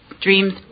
dreams